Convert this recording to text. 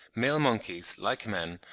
male monkeys, like men,